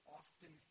often